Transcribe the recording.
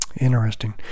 interesting